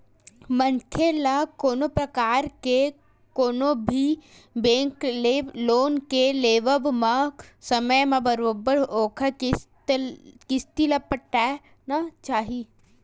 मनखे ल कोनो परकार के कोनो भी बेंक ले लोन के लेवब म समे म बरोबर ओखर किस्ती ल पटाना चाही